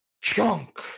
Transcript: Chunk